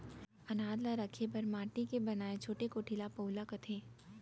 अनाज ल रखे बर माटी के बनाए छोटे कोठी ल पउला कथें